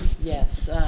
Yes